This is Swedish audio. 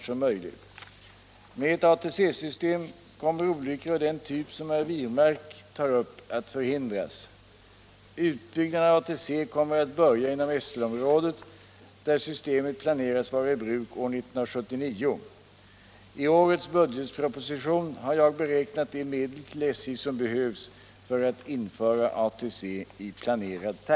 SL-området är sålunda i sä